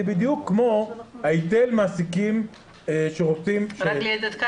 זה בדיוק כמו היטל המעסיקים --- רק לידיעתך,